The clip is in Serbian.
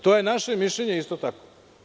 To je naše mišljenje isto tako.